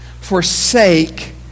Forsake